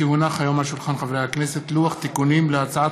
כי הונח היום על שולחן הכנסת לוח תיקונים להצעת